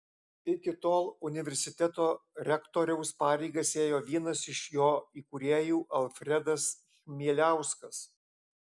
iki tol universiteto rektoriaus pareigas ėjo vienas iš jo įkūrėjų alfredas chmieliauskas